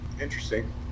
interesting